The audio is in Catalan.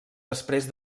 després